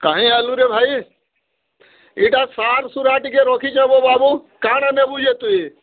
କାହିଁ ଆଏଲୁରେ ଭାଇ ଇଟା ସାର୍ ସୁରା ଟିକେ ରଖିଚେଁ ବୋ ବାବୁ କାଣା ନେବୁ ଯେ ତୁଇ